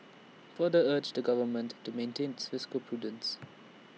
he further urged the government to maintain its fiscal prudence